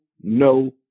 no